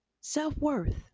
Self-worth